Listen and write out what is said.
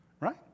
right